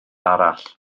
arall